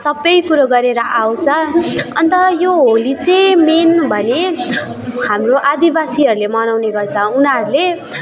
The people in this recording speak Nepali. सबै कुरो गरेर आउँछ अनि त यो होली चाहिँ मेन भलै हाम्रो आदिबासीहरूले मनाउने गर्छ उनीहरूले